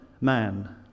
man